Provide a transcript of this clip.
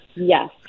Yes